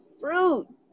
fruit